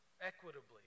equitably